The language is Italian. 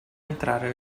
entrare